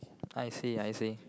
I see I see